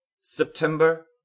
September